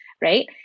right